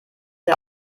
der